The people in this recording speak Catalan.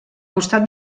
costat